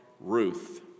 Ruth